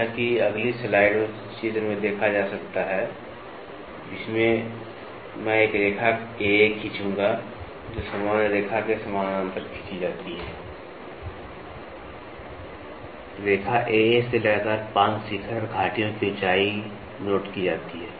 जैसा कि अगली स्लाइड में चित्र में देखा जा सकता है जिसमें मैं एक रेखा एए खींचूंगा जो सामान्य रेखा के समानांतर खींची जाती है रेखा AA से लगातार 5 शिखर और घाटियों की ऊंचाई नोट की जाती है